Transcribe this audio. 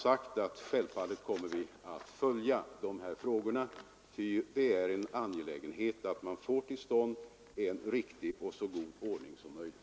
kvinnor Vi kommer helt naturligt att följa dessa frågor, ty det är angeläget att man får till stånd en så god ordning som möjligt.